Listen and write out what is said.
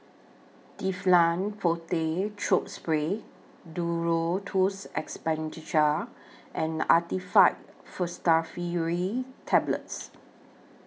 Difflam Forte Throat Spray Duro Tuss and Actifed Pseudoephedrine Tablets